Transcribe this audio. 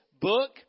book